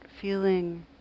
feeling